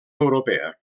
europea